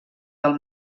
del